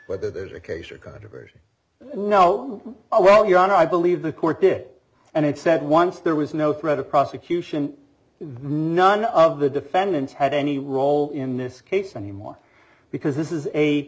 but there's a case or controversial no oh well your honor i believe the court did and it said once there was no threat of prosecution none of the defendants had any role in this case anymore because this is a